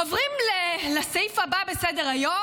עוברים לסעיף הבא בסדר-היום,